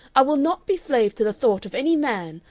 i will not be slave to the thought of any man,